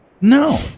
No